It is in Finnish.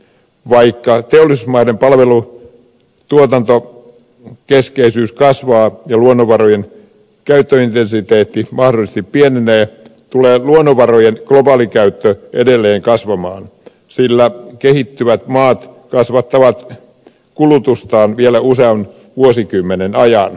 vaikka teollisuusmaiden palvelutuotantokeskeisyys kasvaa ja luonnonvarojen käyttöintensiteetti mahdollisesti pienenee tulee luonnonvarojen globaali käyttö edelleen kasvamaan sillä kehittyvät maat kasvattavat kulutustaan vielä usean vuosikymmenen ajan